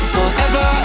Forever